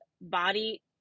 body